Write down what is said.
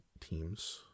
teams